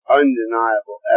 undeniable